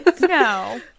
No